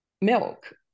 milk